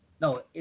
No